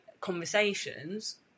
conversations